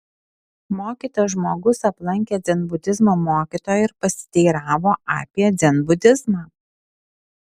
mokytas žmogus aplankė dzenbudizmo mokytoją ir pasiteiravo apie dzenbudizmą